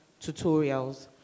tutorials